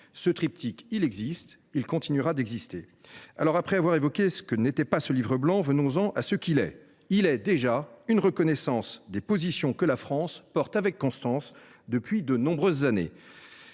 Ce triptyque existe et continuera d’exister. Après avoir évoqué ce que n’était pas ce livre blanc, j’en viens donc à ce qu’il est. Il constitue tout d’abord une reconnaissance des positions que la France porte avec constance depuis de nombreuses années.